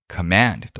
Command